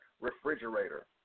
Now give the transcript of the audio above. refrigerator